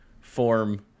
form